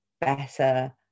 better